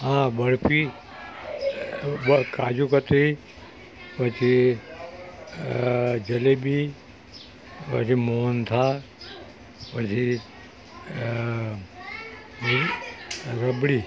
હા બરફી કાજુકતરી પછી જલેબી પછી મોહનથાળ પછી રબડી